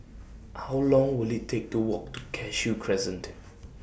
How Long Will IT Take to Walk to Cashew Crescent